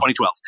2012